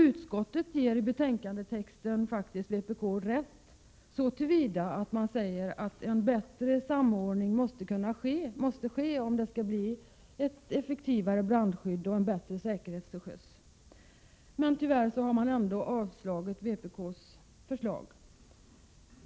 Utskottet ger i betänkandetexten faktiskt vpk rätt så till vida att det framhåller att en bättre samordning måste till, om vi skall kunna få till stånd ett effektivare brandskydd och en bättre säkerhet till sjöss. Tyvärr har man ändå avstyrkt vpk:s förslag.